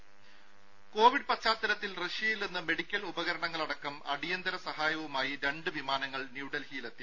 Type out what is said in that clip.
രുര കോവിഡ് പശ്ചാത്തലത്തിൽ റഷ്യയിൽ നിന്ന് മെഡിക്കൽ ഉപകരണങ്ങളടക്കം അടിയന്തര സഹായവുമായി രണ്ട് വിമാനങ്ങൾ ന്യൂഡൽഹിയിലെത്തി